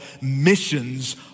missions